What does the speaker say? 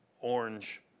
orange